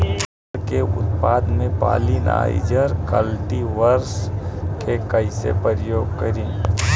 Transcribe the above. फल के उत्पादन मे पॉलिनाइजर कल्टीवर्स के कइसे प्रयोग करी?